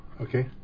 okay